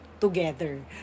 together